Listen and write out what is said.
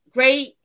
Great